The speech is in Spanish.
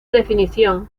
definición